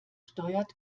steuert